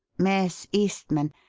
miss eastman?